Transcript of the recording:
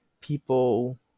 people